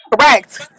Correct